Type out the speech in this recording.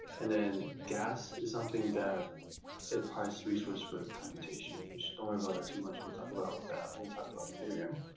and then gas is something that it prices resource for computation, which, don't worry about that too much, we'll talk about that when we talk about ethereum.